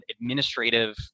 administrative